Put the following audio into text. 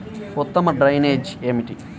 ఉత్తమ డ్రైనేజ్ ఏమిటి?